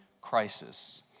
crisis